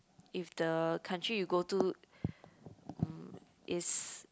if the country you go to mm is